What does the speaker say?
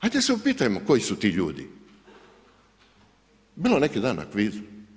Ajde se upitajmo koji su to ljudi, bilo neki dan na kvizu.